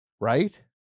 right